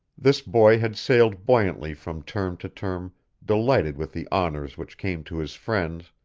this boy had sailed buoyantly from term to term delighted with the honors which came to his friends,